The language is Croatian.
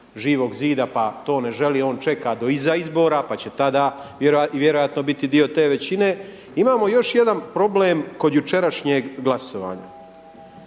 Živog zida pa to ne želi on čekati do iza izbora pa će tada i vjerojatno biti dio te većine. Imamo i još jedan problem kod jučerašnjeg glasovanja.